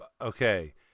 okay